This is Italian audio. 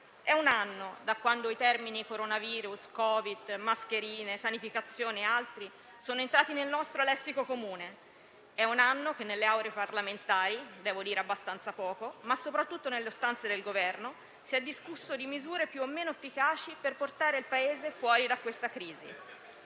È un anno da quando i termini coronavirus, Covid-19, mascherine, sanificazione e altri sono entrati nel nostro lessico comune; è un anno che nelle Aule parlamentari - devo dire abbastanza poco - ma soprattutto nelle stanze del Governo, si è discusso di misure più o meno efficaci per portare il Paese fuori dalla crisi.